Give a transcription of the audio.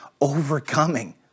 overcoming